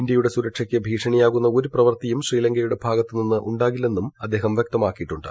ഇന്ത്യയുടെ സുരക്ഷയ്ക്ക് ഭീഷണിയാവുന്ന ഒരു പ്രവൃത്തിയും ശ്രീലങ്കയുടെ ഭാഗത്തു നിന്ന് ഉണ്ടാവില്ലെന്ന് രജപക്സെ വ്യക്തമാക്കിയിട്ടുണ്ട്